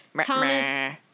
Thomas